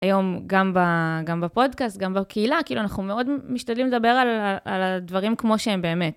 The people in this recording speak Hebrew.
היום גם בפודקאסט, גם בקהילה, כאילו אנחנו מאוד משתדלים לדבר על הדברים כמו שהם באמת.